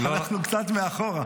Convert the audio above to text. אנחנו קצת מאחור.